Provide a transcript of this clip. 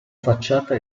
facciata